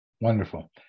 Wonderful